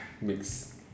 mix